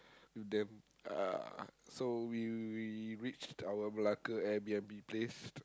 then uh so we we reached our Malacca Air-B_N_B place